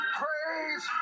praise